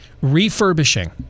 refurbishing